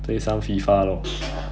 play some FIFA lor